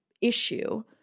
issue